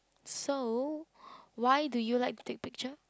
so why do you like to take picture